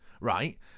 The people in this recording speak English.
Right